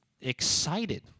excited